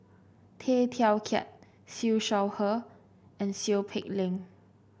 Tay Teow Kiat Siew Shaw Her and Seow Peck Leng